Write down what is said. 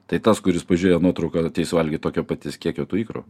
tai tas kuris pažiūrėjo nuotrauką ir ateis valgyti tokio paties kiekio tų ikrų